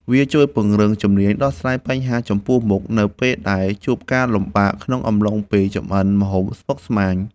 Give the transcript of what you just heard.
វាជួយពង្រឹងជំនាញដោះស្រាយបញ្ហាចំពោះមុខ នៅពេលដែលជួបការលំបាកក្នុងអំឡុងពេលចម្អិនម្ហូបស្មុគស្មាញ។